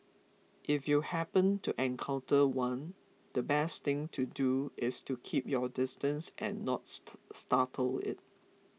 if you happen to encounter one the best thing to do is to keep your distance and not startle it